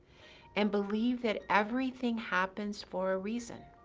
and believe that everything happens for a reason.